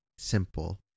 simple